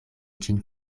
ĝin